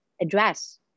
address